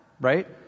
right